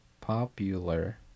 popular